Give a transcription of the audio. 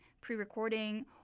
pre-recording